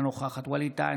אינה נוכחת ווליד טאהא,